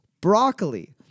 broccoli